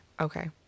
Okay